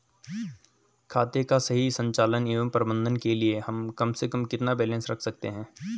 खाते का सही संचालन व प्रबंधन के लिए हम कम से कम कितना बैलेंस रख सकते हैं?